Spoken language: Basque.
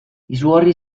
izugarri